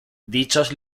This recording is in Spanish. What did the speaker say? dichos